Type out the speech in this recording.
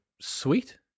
sweet